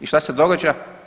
I šta se događa?